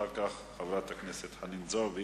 אחר כך, חברת הכנסת חנין זועבי,